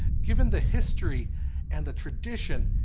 given the history and the tradition,